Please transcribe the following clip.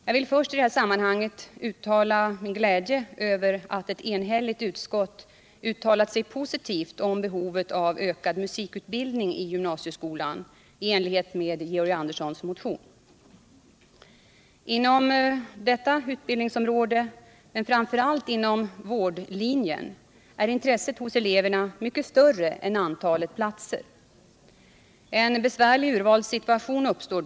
Jag vill i detta sammanhang först uttala min glädje över att ett enhälligt utskott i enlighet med Georg Anderssons motion uttalat sig positivt om behovet av en ökning av musikutbildningen i gymnasieskolan. Inom detta utbildningsområde, men framför allt när det gäller vårdlinjen, är intresset hos eleverna mycket större än antalet platser. En besvärlig urvalssituation uppstår.